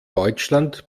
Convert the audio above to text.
deutschland